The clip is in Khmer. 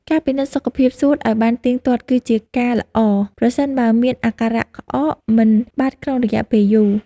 ការពិនិត្យសុខភាពសួតឱ្យបានទៀងទាត់គឺជាការល្អ ប្រសិនបើមានអាការៈក្អកមិនបាត់ក្នុងរយៈពេលយូរ។